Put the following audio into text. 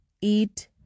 Eat